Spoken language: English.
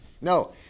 No